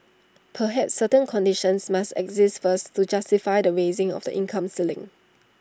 perhaps certain conditions must exist first to justify the raising of the income ceiling